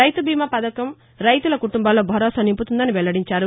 రైతుబీమా పథకం రైతుల కుటుంబాల్లో భరోసా నింపుతున్నదని వెల్లడించారు